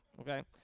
okay